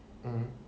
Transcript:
mmhmm